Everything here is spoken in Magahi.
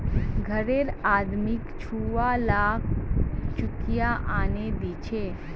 घररे आदमी छुवालाक चुकिया आनेय दीछे